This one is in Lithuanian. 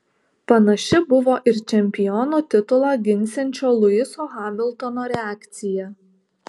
panaši buvo ir čempiono titulą ginsiančio luiso hamiltono reakcija